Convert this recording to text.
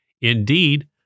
indeed